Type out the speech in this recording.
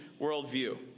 worldview